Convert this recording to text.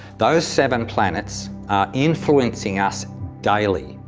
those seven planets are influencing us daily.